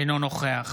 אינו נוכח